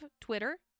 Twitter